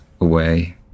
away